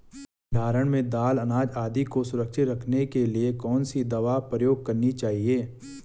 भण्डारण में दाल अनाज आदि को सुरक्षित रखने के लिए कौन सी दवा प्रयोग करनी चाहिए?